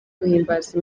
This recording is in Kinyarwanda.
guhimbaza